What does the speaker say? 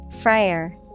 Friar